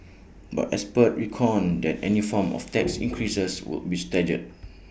but experts reckoned that any form of tax increases would be staggered